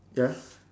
ya